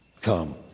come